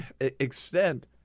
extent